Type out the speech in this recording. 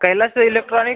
Kailas electronic